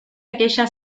aquella